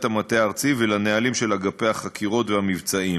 המטה הארצי ולנהלים של אגפי החקירות והמבצעים,